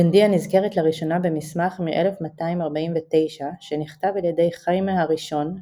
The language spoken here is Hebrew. גנדיה נזכרת לראשונה במסמך מ-1249 שנכתב על ידי חיימה הראשון,